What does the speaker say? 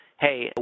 hey